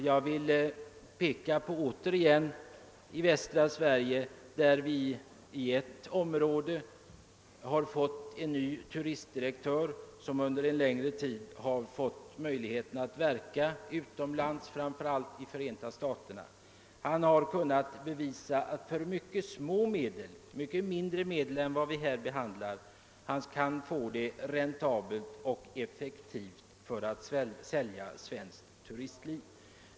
Jag vill åter peka på västra Sverige, där vi i ett område har fått en ny turistchef, som under en längre tid haft möjlighet att verka utomlands, framför allt i Förenta staterna. Han har kunnat bevisa att man för mycket mindre medel än det här gäller kan beträffande ett visst turistområde göra försäljningen av svenskt turistliv räntabel och effektiv.